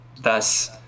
thus